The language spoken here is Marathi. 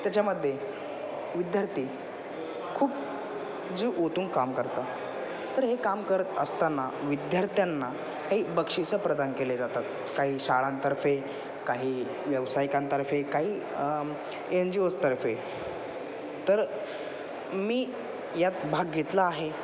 त्याच्यामध्ये विद्यार्थी खूप जीव ओतून काम करतात तर हे काम करत असताना विद्यार्थ्यांना काही बक्षीसं प्रदान केले जातात काही शाळांतर्फे काही व्यावसायिकांतर्फे काही एन जी ओज तर्फे तर मी यात भाग घेतला आहे